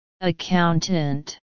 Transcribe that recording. Accountant